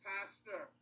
Pastor